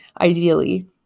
ideally